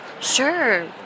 Sure